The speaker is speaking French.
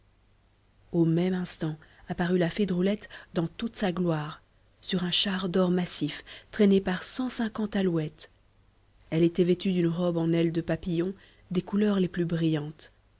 au même instant apparut la fée drôlette dans toute sa gloire sur un char d'or massif traîné par cent cinquante alouettes elle était vêtue d'une robe en ailes de papillons des couleurs les plus brillantes